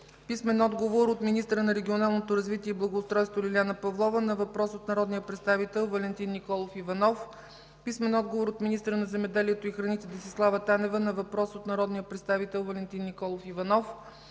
Иванов; - министъра на регионалното развитие и благоустройството Лиляна Павлова на въпрос от народния представител Валентин Николов Иванов; - министъра на земеделието и храните Десислава Танева на въпрос от народния представител Валентин Николов Иванов;